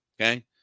okay